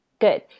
Good